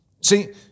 See